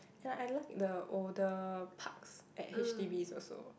and I like the older parks at H_D_Bs also